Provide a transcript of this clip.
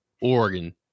Oregon